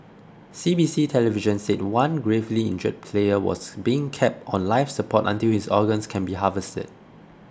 C B C television said one gravely injured player was being kept on life support until his organs can be harvested